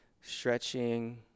stretching